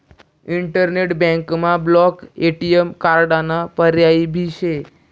internet बँकमा block ATM कार्डाना पर्याय भी शे